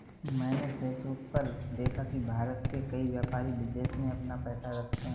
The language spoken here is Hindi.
मैंने फेसबुक पर देखा की भारत के कई व्यापारी विदेश में अपना पैसा रखते हैं